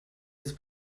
jetzt